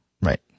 Right